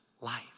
life